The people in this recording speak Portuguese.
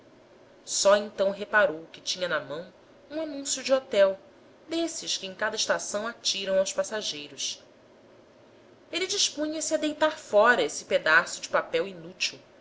só então reparou que tinha na mão um anúncio de hotel desses que em cada estação atiram aos passageiros ele dispunha-se a deitar fora esse pedaço de papel inútil